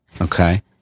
Okay